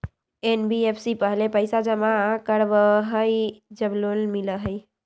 NBFC पहले पईसा जमा करवहई जब लोन मिलहई?